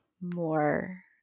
more